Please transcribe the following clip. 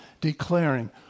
declaring